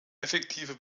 effektive